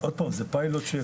זה פיילוט.